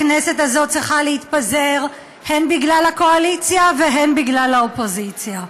הכנסת הזאת צריכה להתפזר הן בגלל הקואליציה והן בגלל האופוזיציה.